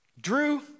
Drew